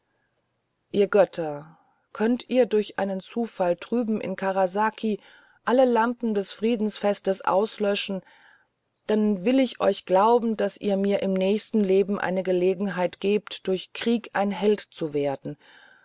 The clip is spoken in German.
ihr götter könnt ihr durch einen zufall drüben in karasaki alle lampen des friedensfestes auslöschen dann will ich euch glauben daß ihr mir im nächsten leben eine gelegenheit gebt durch krieg ein held zu werden